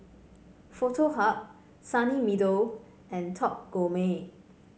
Foto Hub Sunny Meadow and Top Gourmet